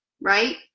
right